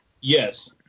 Yes